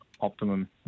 optimum